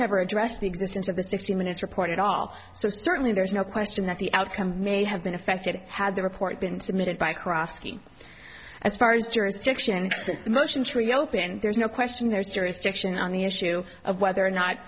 never addressed the existence of the sixty minutes report at all so certainly there's no question that the outcome may have been affected had the report been submitted by cross as far as jurisdiction a motion to reopen there's no question there's jurisdiction on the issue of whether or not